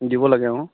দিব লাগে অঁ